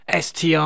str